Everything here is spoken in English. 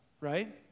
right